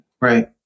Right